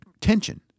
tension